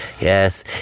Yes